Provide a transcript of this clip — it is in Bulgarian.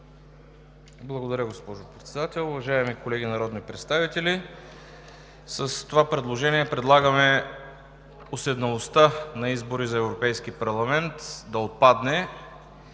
Благодаря, госпожо Председател. Уважаеми колеги народни представители! С това предложение предлагаме уседналостта на избори за Европейски парламент да отпадне.